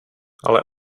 ale